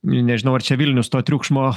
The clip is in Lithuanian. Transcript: nežinau ar čia vilnius to triukšmo